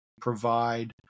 provide